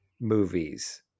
movies